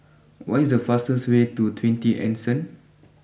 what is the fastest way to twenty Anson